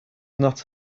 not